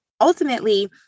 ultimately